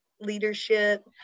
leadership